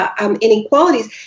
inequalities